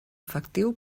efectiu